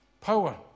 power